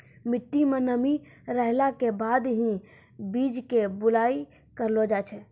मिट्टी मं नमी रहला के बाद हीं बीज के बुआई करलो जाय छै